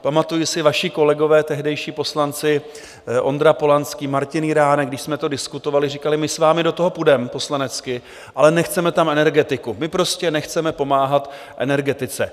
Pamatuji si, vaši kolegové, tehdejší poslanci Ondra Polanský, Martin Jiránek, když jsme to diskutovali, říkali: My s vámi do toho půjdeme poslanecky, ale nechceme tam energetiku, my prostě nechceme pomáhat energetice.